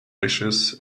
wishes